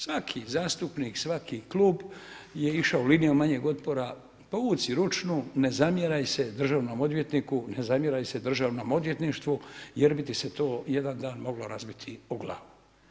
Svaki zastupnik, svaki klub je išao linijom manjeg otpora, povuci ručnu, ne zamjeraj se državnom odvjetniku, ne zamjeraj se državnom odvjetništvu jer bi ti se to jedan dan moglo razbiti o glavu.